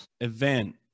Event